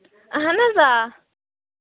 اَہَن حظ آ